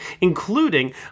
including